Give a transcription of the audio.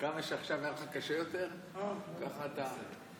כמה שעכשיו נראה לך קשה יותר, ככה אתה,